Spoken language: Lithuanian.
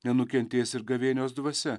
nenukentės ir gavėnios dvasia